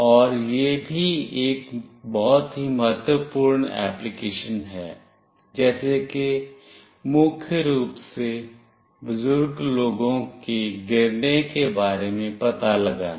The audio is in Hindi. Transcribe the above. और यह भी एक बहुत ही महत्वपूर्ण एप्लीकेशन है जैसे कि मुख्य रूप से बुजुर्ग लोगों के गिरने के बारे में पता लगाना